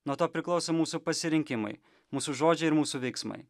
nuo to priklauso mūsų pasirinkimai mūsų žodžiai ir mūsų veiksmai